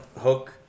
Hook